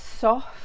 soft